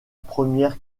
première